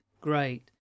great